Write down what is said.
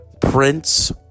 Prince